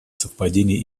совпадение